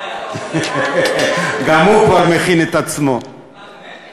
גם אתם עשיתם את זה.